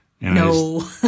No